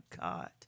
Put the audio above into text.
God